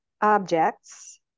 objects